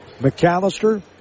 McAllister